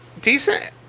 Decent